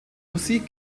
musik